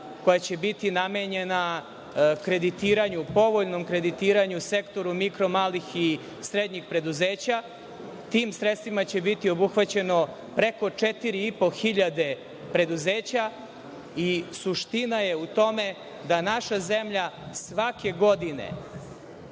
koja će biti namenjena povoljnom kreditiranju sektoru mikro, malih i srednjih preduzeća. Tim sredstvima će biti obuhvaćeno preko 4,5 hiljade preduzeća. Suština je u tome da se u našoj zemlji svake godine